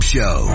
Show